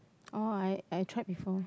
oh I I tried before